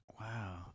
Wow